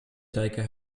taker